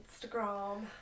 instagram